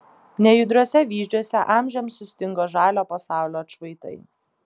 nejudriuose vyzdžiuose amžiams sustingo žalio pasaulio atšvaitai